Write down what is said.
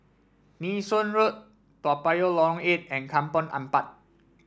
Nee Soon Road Toa Payoh Lorong Eight and Kampong Ampat